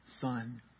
son